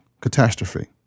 catastrophe